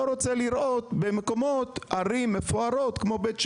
רוצה לראות במקומות בערים מפוארות כמו בית שמש.